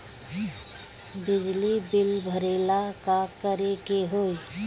बिजली बिल भरेला का करे के होई?